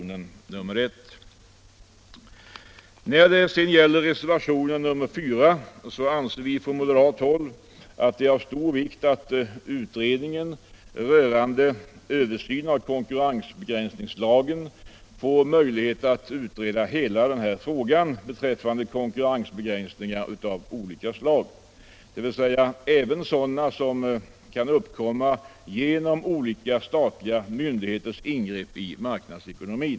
När det sedan gäller reservationen 4 anser vi på moderat håll att det är av stor vikt att utredningen rörande översyn av konkurrensbegränsningslagen får möjlighet att utreda hela frågan beträffande konkurrensbegränsningar av olika slag, dvs. även sådana som kan uppkomma genom olika statliga myndigheters ingrepp i marknadsekonomin.